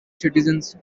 citizens